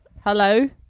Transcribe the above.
Hello